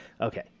Okay